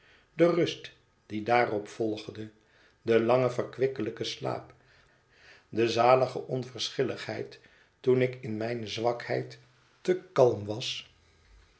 de rust die daarop volgde de lange verkwikkelijke slaap de zalige onverschilligheid toen ik in mijne zwakheid te kalm was